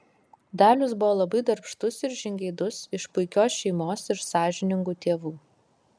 dalius buvo labai darbštus ir žingeidus iš puikios šeimos ir sąžiningų tėvų